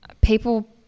people